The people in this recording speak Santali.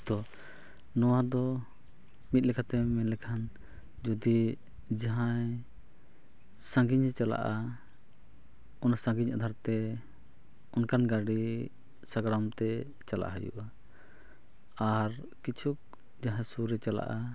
ᱛᱳ ᱱᱚᱣᱟ ᱫᱚ ᱢᱤᱫ ᱞᱮᱠᱟᱛᱮ ᱢᱮᱱ ᱞᱮᱠᱷᱟᱱ ᱡᱩᱫᱤ ᱡᱟᱦᱟᱸᱭ ᱥᱟᱺᱜᱤᱧᱮ ᱪᱟᱞᱟᱜᱼᱟ ᱚᱱᱟ ᱥᱟᱺᱜᱤᱧ ᱟᱫᱷᱟᱨᱛᱮ ᱚᱱᱠᱟᱱ ᱜᱟᱹᱰᱤ ᱥᱟᱜᱟᱲᱚᱢ ᱛᱮ ᱪᱟᱞᱟᱜ ᱦᱩᱭᱩᱜᱼᱟ ᱟᱨ ᱠᱤᱪᱷᱩ ᱡᱟᱦᱟᱸᱭ ᱥᱩᱨ ᱨᱮ ᱪᱟᱞᱟᱜᱼᱟ